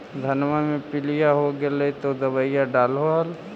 धनमा मे पीलिया हो गेल तो दबैया डालो हल?